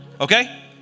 Okay